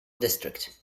district